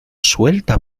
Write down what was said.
suelta